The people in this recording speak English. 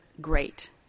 great